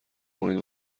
کنید